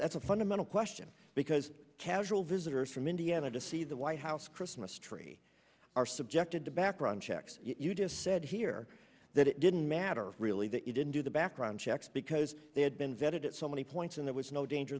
that's a fundamental question because casual visitors from indiana to see the white house christmas tree are subjected to background checks you just said here that it didn't matter really that you didn't do the background checks because they had been vetted at so many points and there was no danger